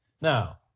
Now